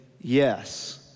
Yes